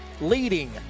leading